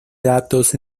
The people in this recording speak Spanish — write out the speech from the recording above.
datos